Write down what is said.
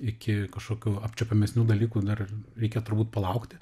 iki kažkokių apčiuopiamesnių dalykų dar reikia turbūt palaukti